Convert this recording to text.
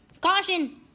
Caution